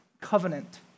covenant